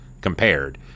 compared